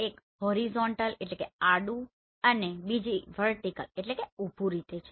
એક હોરીઝોન્ટલHorizontalઆડું રીતે છે અને બીજી વર્ટીકલverticalઉભું રીતે છે